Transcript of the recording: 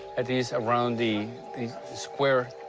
it is around the the square.